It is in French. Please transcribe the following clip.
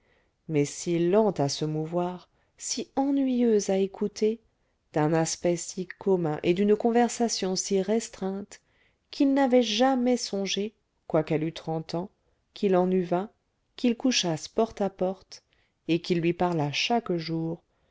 mais si lente à se mouvoir si ennuyeuse à écouter d'un aspect si commun et d'une conversation si restreinte qu'il n'avait jamais songé quoiqu'elle eût trente ans qu'il en eût vingt qu'ils couchassent porte à porte et qu'il lui parlât chaque jour